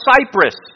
Cyprus